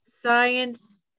science